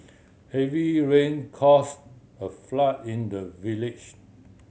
heavy rain caused a flood in the village